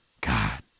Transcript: God